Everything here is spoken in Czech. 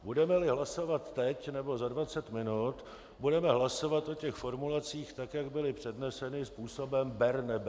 Budemeli hlasovat teď nebo za dvacet minut, budeme hlasovat o těch formulacích tak, jak byly předneseny, způsobem ber neber.